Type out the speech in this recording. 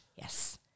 Yes